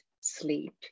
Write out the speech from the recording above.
sleep